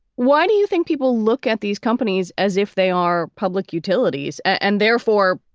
why do you think people look at these companies as if they are public utilities and therefore,